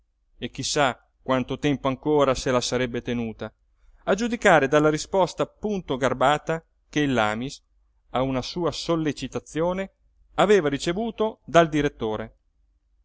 e chi sa quanto tempo ancora se la sarebbe tenuta a giudicare dalla risposta punto garbata che il lamis a una sua sollecitazione aveva ricevuto dal direttore